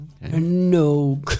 No